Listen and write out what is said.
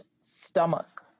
stomach